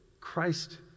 Christ